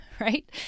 right